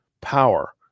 power